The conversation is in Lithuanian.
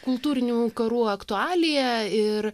kultūrinių karų aktualija ir